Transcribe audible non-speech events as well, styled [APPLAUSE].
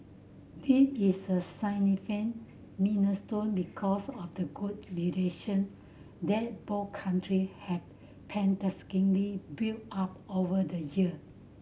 it is a [UNINTELLIGIBLE] minor stone because of the good relation that both country have painstakingly built up over the year